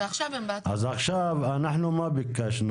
אז מה ביקשנו?